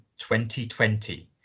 2020